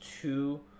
two